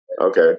Okay